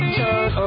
turn